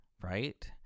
Right